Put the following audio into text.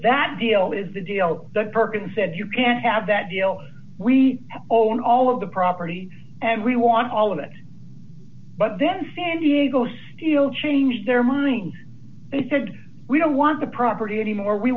that deal is the deal that perkins said you can't have that deal we own all of the property and we want all of it but then san diego steel changed their mind and said we don't want the property any more we